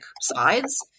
sides